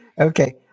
Okay